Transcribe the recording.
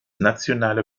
nationale